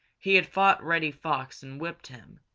he had fought reddy fox and whipped him,